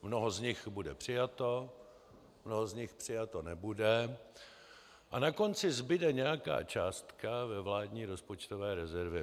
Mnoho z nich bude přijato, mnoho z nich přijato nebude a na konci zbude nějaká částka ve vládní rozpočtové rezervě.